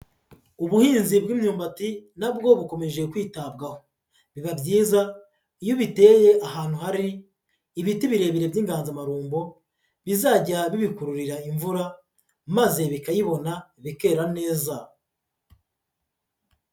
Ubuhinzi bw'imyumbati na bwo bukomeje kwitabwaho, biba byiza iyo ubiteye ahantu hari ibiti birebire by'inganzamarumbo, bizajya bibikururira imvura maze bikayibona bikera neza.